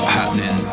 happening